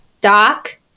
Doc